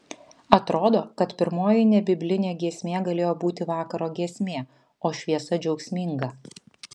atrodo kad pirmoji nebiblinė giesmė galėjo būti vakaro giesmė o šviesa džiaugsminga